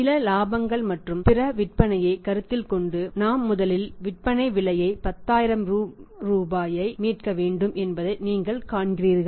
சில இலாபங்கள் மற்றும் பிற விற்பனையை கருத்தில் கொண்டு நாம் முதலில் விற்பனை விலை 10000 ரூபாயை மீட்க வேண்டும் என்பதை நீங்கள் காண்கிறீர்கள்